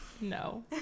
No